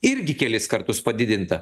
irgi kelis kartus padidinta